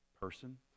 person